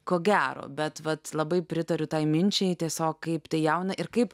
ko gero bet vat labai pritariu tai minčiai tiesiog kaip tai jauna ir kaip